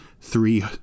three